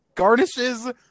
Garnishes